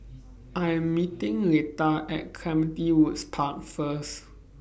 I'm meeting Letta At Clementi Woods Park First